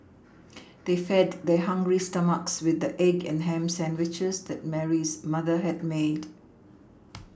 they fed their hungry stomachs with the egg and ham sandwiches that Mary's mother had made